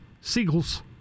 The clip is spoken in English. Seagulls